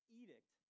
edict